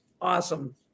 Awesome